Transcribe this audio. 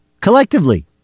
collectively